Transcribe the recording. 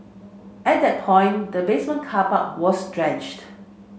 at that point the basement car park was drenched